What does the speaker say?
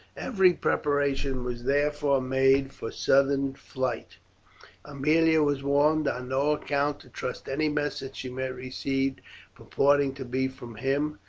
every preparation was therefore made for sudden flight aemilia was warned on no account to trust any message she might receive purporting to be from him,